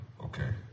okay